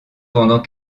pendant